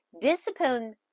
Discipline